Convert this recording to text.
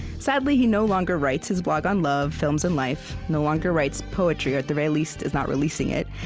sadly, he no longer writes his blog on love, films, and life no longer writes poetry or, at the very least, is not releasing it.